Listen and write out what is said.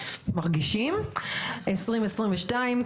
2022,